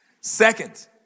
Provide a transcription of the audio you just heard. Second